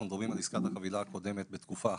אנחנו מדברים על עסקת החבילה הקודמת בתקופה אחרת,